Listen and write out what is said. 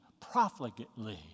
profligately